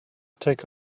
take